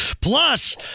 Plus